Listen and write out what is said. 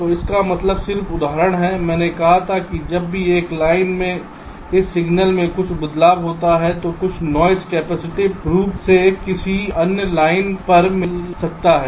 तो इसका मतलब सिर्फ उदाहरण है मैंने कहा था कि जब भी एक लाइन में इस सिग्नल में कुछ बदलाव होता है तो कुछ नॉइस कैपेसिटिव रूप से किसी अन्य लाइन पर मिल सकता है